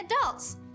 adults